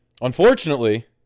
Unfortunately